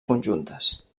conjuntes